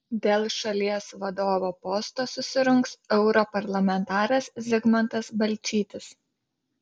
dėl šalies vadovo posto susirungs europarlamentaras zigmantas balčytis